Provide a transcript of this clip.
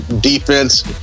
defense